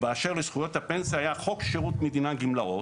באשר לזכויות הפנסיה היה "חוק שירות מדינה גמלאות",